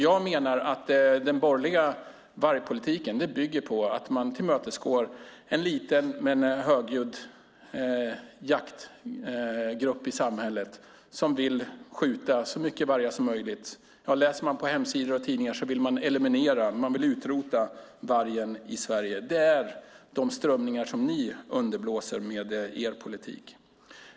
Jag menar att den borgerliga vargpolitiken bygger på att man tillmötesgår en liten men högljudd jaktgrupp i samhället som vill skjuta så mycket varg som möjligt. Läser man på hemsidor och i tidningar ser vi att de vill eliminera, ja, utrota, vargen i Sverige. Det är de strömningar som ni underblåser med er politik.